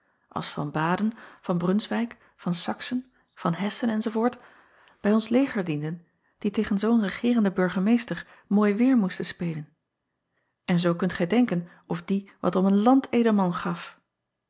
als van aden van runswijk van axen van essen enz bij ons leger dienden die tegen zoo n regeerenden urgemeester mooi weêr moesten spelen en zoo kunt gij denken of die wat om een landedelman gaf